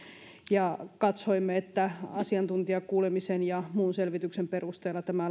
ja katsoimme että asiantuntijakuulemisen ja muun selvityksen perusteella tämä